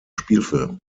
spielfilm